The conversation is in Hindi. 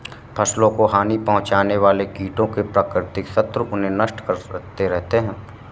फसलों को हानि पहुँचाने वाले कीटों के प्राकृतिक शत्रु उन्हें नष्ट करते रहते हैं